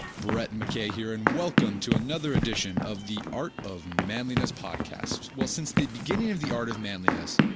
brett mckay here, and welcome to another edition of the art of manliness podcast. well, since the beginning of the art of manliness,